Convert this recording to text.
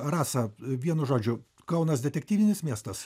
rasa vienu žodžiu kaunas detektyvinis miestas